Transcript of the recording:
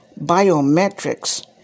biometrics